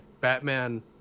Batman